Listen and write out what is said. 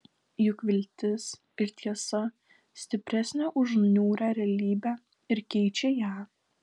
juk viltis ir tiesa stipresnę už niūrią realybę ir keičią ją